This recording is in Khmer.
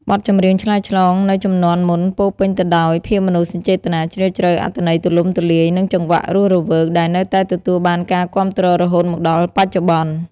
បទចម្រៀងឆ្លើយឆ្លងនៅជំនាន់មុនពោរពេញទៅដោយ ភាពមនោសញ្ចេតនាជ្រាលជ្រៅ អត្ថន័យទូលំទូលាយ និងចង្វាក់រស់រវើក ដែលនៅតែទទួលបានការគាំទ្ររហូតមកដល់បច្ចុប្បន្ន។